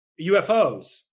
UFOs